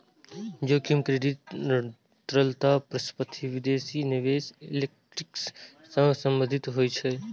जोखिम क्रेडिट, तरलता, परिसंपत्ति, विदेशी निवेश, इक्विटी सं संबंधित होइ छै